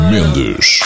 Mendes